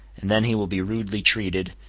and then he will be rudely treated,